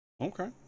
Okay